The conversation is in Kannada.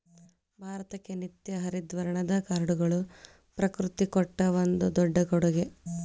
ಭಾರತಕ್ಕೆ ನಿತ್ಯ ಹರಿದ್ವರ್ಣದ ಕಾಡುಗಳು ಪ್ರಕೃತಿ ಕೊಟ್ಟ ಒಂದು ದೊಡ್ಡ ಕೊಡುಗೆ